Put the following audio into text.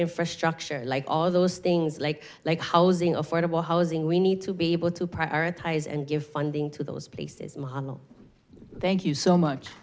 infrastructure like all those things like like housing affordable housing we need to be able to prioritize and give funding to those places thank you so much